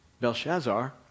Belshazzar